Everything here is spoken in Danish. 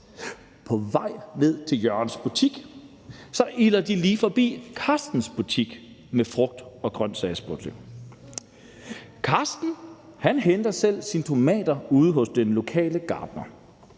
På vej ned til Jørgens butik iler de lige forbi Karstens butik med frugt og grønsager. Karsten henter selv sine tomater ude hos den lokale gartner.